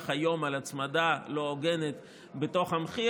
היום על הצמדה לא הוגנת בתוך המחיר.